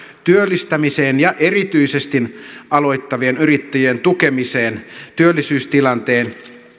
työllistämiseen ja erityisesti aloittavien yrittäjien tukemiseen työllisyystilanteen